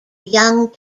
young